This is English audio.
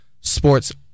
sports